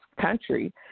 country